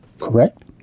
correct